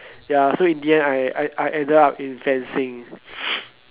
ya so in the end I I I ended up in fencing